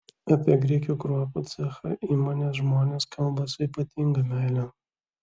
apie grikių kruopų cechą įmonės žmonės kalba su ypatinga meile